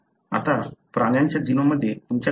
आता प्राण्यांच्या जीनोममध्ये तुमच्याकडे हे आहे